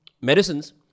medicines